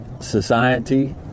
society